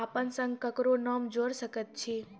अपन संग आर ककरो नाम जोयर सकैत छी?